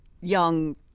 young